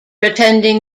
attending